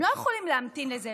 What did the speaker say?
הם לא יכולים להמתין לזה,